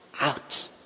out